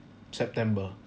september